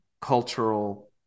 cultural